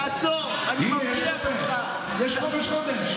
תעצור, אני מבטיח לך, הינה, יש חודש חופש.